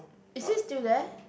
is he still there